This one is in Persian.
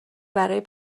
برای